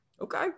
okay